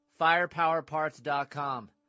FirePowerParts.com